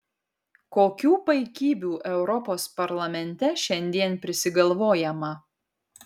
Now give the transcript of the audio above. kokių paikybių europos parlamente šiandien prisigalvojama